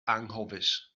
anghofus